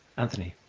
anthony.